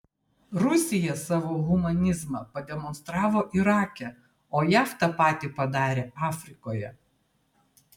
rusija savo humanizmą pademonstravo irake o jav tą patį padarė afrikoje